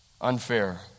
Unfair